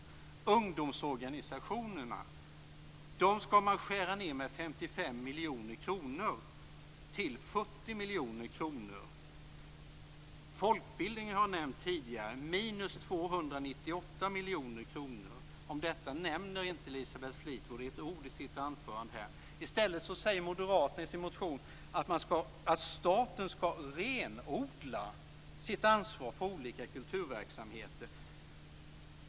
Bidraget till ungdomsorganisationerna skall man skära ned med 55 miljoner kronor till 40 miljoner kronor. Folkbildningen har jag nämnt tidigare. Där är det minus 298 miljoner kronor. Detta nämner inte Elisabeth Fleetwood med ett ord i sitt anförande här. I stället säger Moderaterna i sin motion att staten skall renodla sitt ansvar för olika kulturverksamheter.